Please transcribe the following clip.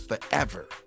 forever